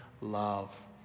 love